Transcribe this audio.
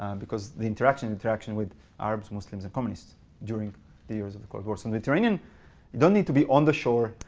because the interaction interaction with arabs, muslims and communists during the years of the cold war. so mediterranean don't need to be on the shore.